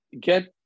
get